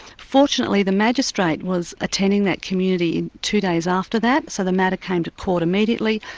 fortunately the magistrate was attending that community two days after that, so the matter came to court immediately.